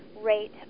rate